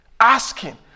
asking